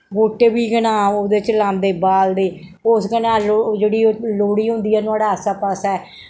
गोट्टे बी केह् नां ओह्दे च लांदे बालदे उस कन्नै ओह् जेह्ड़ी ओह् लोह्ड़ी होंदी ऐ नुआढ़े आसै पास्सै